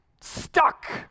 stuck